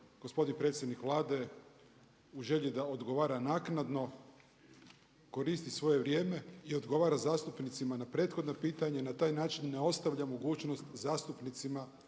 gospodin predsjednik Vlade u želji da odgovara naknadno koristi svoje vrijeme i odgovara zastupnicima na prethodna pitanja i na taj način ne ostavlja mogućnost zastupnicima